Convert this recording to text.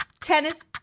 tennis